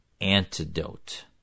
antidote